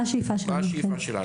מה השאיפה שלנו?